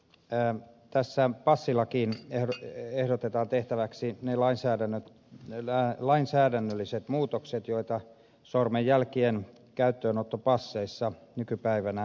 tässä passilakiin ehdotetaan tehtäväksi ne lainsäädännölliset muutokset joita sormenjäl kien käyttöönotto passeissa nykypäivänä edellyttää